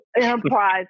enterprise